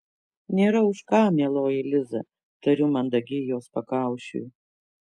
nėra už ką mieloji liza tariu mandagiai jos pakaušiui